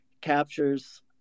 captures